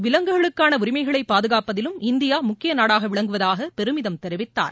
விலங்குகளுக்கான உரிமைகளை பாதுகாப்பதிலும் இந்தியா முக்கிய நாடாக விளங்குவதாக பெருமிதம் தெரிவித்தார்